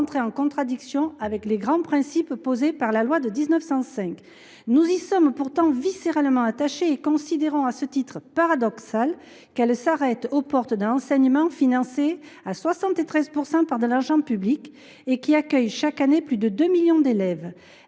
entre en contradiction avec les grands principes posés par la loi de 1905. Nous y sommes pourtant viscéralement attachés et considérons, à ce titre, paradoxal que la laïcité s’arrête aux portes d’un enseignement financé à 73 % par de l’argent public et qui accueille chaque année plus de 2 millions d’élèves.